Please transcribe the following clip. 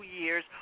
years